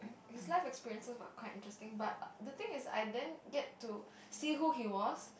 his life experiences were quite interesting but the thing is I didn't get to see who he was